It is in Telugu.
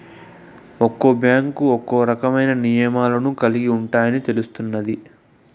ఒక్క బ్యాంకు ఒక్కో రకమైన నియమాలను కలిగి ఉంటాయని తెలుస్తున్నాది